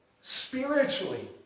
Spiritually